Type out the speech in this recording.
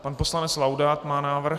Pan poslanec Laudát má návrh.